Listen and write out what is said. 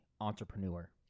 entrepreneur